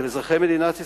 של אזרחי מדינת ישראל,